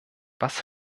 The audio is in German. was